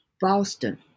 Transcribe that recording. Boston